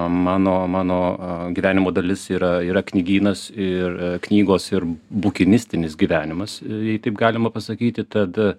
mano mano gyvenimo dalis yra yra knygynas ir knygos ir bukimistinis gyvenimas jei taip galima pasakyti tad